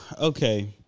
okay